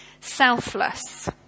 selfless